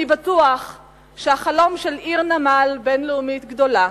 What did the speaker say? אני בטוח שהחלום של עיר בין-לאומית גדולה,